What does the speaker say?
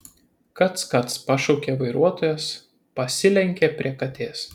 kac kac pašaukė vairuotojas pasilenkė prie katės